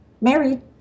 Married